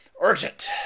Urgent